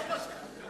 אתה לא שחרחר.